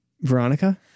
Veronica